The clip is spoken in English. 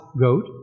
goat